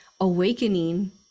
awakening